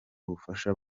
bufasha